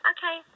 Okay